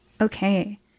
Okay